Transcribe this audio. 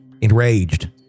enraged